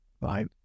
Right